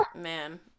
man